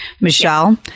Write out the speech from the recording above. Michelle